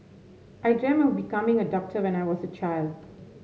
I dreamt of becoming a doctor when I was a child